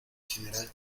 general